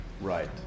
Right